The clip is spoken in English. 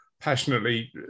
passionately